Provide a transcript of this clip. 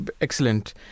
Excellent